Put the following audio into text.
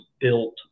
built